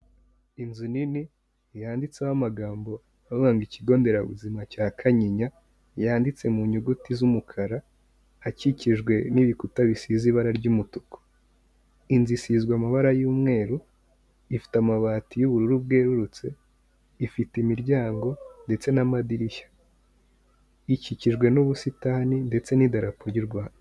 Inzu nini yanditseho amagambo aranga ikigo nderabuzima cya Kanyinya, yanditse mu nyuguti z'umukara akikijwe n'ibikuta bisize ibara ry'umutuku. Inzu isizwe amabara y'umweru, ifite amabati y'ubururu bwerurutse, ifite imiryango ndetse n'amadirisha. Ikikijwe n'ubusitani ndetse n'idarapo ry'u Rwanda.